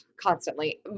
constantly